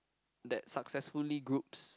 that successfully groups